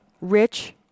Rich